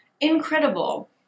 incredible